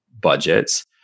budgets